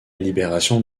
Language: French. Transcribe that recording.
libération